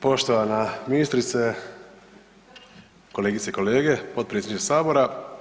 Poštovana ministrice, kolegice i kolege, potpredsjedniče Sabora.